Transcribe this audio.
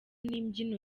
n’imbyino